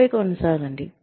ఆపై కొనసాగండి